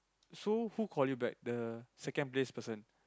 so who call you back the second place person